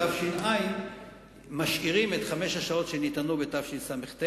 בתש"ע משאירים את חמש השעות שניתנו בתשס"ט,